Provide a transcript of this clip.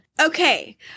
okay